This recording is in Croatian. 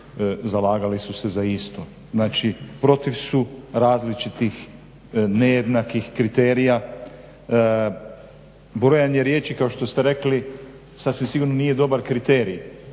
zalagali su se za isto, znači protiv su različitih, nejednakih kriterija. Brojanje riječi kao što ste rekli sasvim sigurno nije dobar kriterij